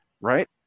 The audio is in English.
right